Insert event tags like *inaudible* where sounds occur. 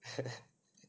*laughs*